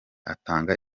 atanga